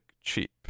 cheap